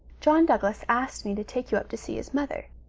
john douglas asked me to take you up to see his mother,